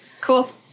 Cool